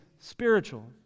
spiritual